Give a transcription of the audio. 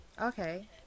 Okay